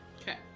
Okay